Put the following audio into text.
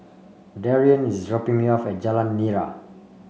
Darien is dropping me off at Jalan Nira